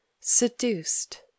seduced